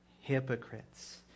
Hypocrites